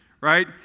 right